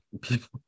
people